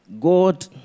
God